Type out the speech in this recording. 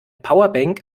powerbank